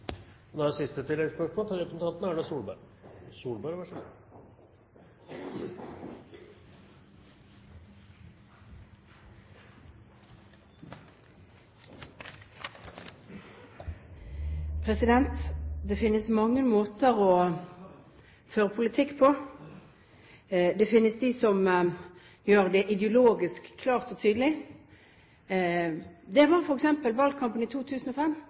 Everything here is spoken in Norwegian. Erna Solberg – til oppfølgingsspørsmål. Det finnes mange måter å føre politikk på. Det finnes de som gjør det ideologisk klart og tydelig, som f.eks. under valgkampen i 2005.